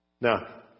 Now